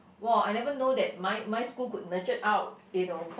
!wow! I never know that my my school could nurture out you know